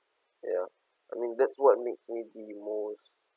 ya I mean that's what makes me the most